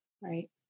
Right